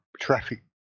traffic